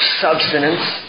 substance